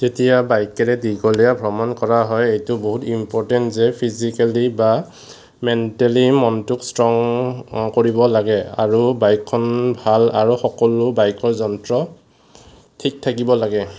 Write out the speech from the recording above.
যেতিয়া বাইকেৰে দীঘলীয়া ভ্ৰমণ কৰা হয় এইটো বহুত ইম্পৰ্টেণ্ট যে ফিজিকেলি বা মেণ্টেলি মনটোক ষ্ট্ৰং কৰিব লাগে আৰু বাইকখন ভাল আৰু সকলো বাইকৰ যন্ত্ৰ ঠিক থাকিব লাগে